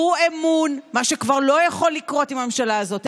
צרו אמון, מה שכבר לא יכול לקרות עם הממשלה הזאת.